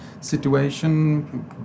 situation